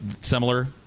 similar